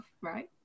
right